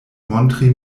montri